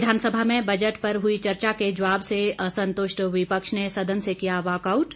विधानसभा में बजट पर हई चर्चा के जवाब से असंतुष्ट विपक्ष ने सदन से किया वॉकआउट